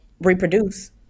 reproduce